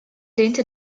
lehnte